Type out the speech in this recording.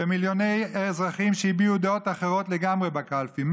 ומיליוני אזרחים הביעו דעות אחרות לגמרי בקלפי,